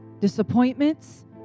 disappointments